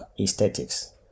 aesthetics